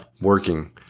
working